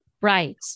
Right